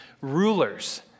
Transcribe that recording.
rulers